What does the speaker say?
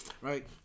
right